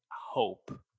hope